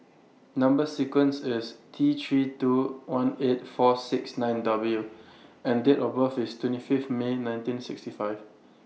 Number sequence IS T three two one eight four six nine W and Date of birth IS twenty Fifth May nineteen sixty five